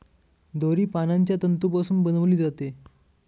दोरी पानांच्या तंतूपासून बनविली जाते